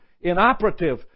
inoperative